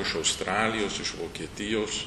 iš australijos iš vokietijos